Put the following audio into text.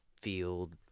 field